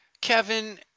Kevin